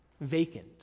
vacant